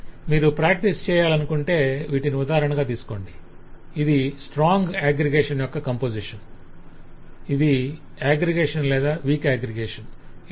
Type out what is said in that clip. మీరు ప్రాక్టీస్ చేయాలనుకుంటే వీటిని ఉదాహరణగా తీసుకోండి ఇది స్ట్రాంగ్ అగ్రిగేషన్ యొక్క కంపోజిషన్ ఇది అగ్రిగేషన్ లేదా వీక్ అగ్రిగేషన్ ఇలాగ